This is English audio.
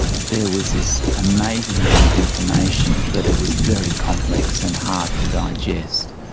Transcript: there was this amazing amount of information but it was very complex and hard to digest,